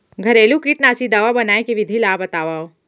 घरेलू कीटनाशी दवा बनाए के विधि ला बतावव?